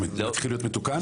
זה מתחיל להיות מתוקן?